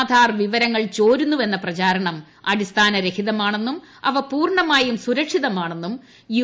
ആധാർ വിവരങ്ങൾ ചോരുന്നുവെന്ന പ്രചരണം അടിസ്ഥാനരഹിതമാണെന്നും പൂർണ്ണമായും അവ സുരക്ഷിതമാണെന്നും യു